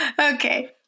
Okay